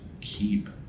keep